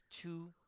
two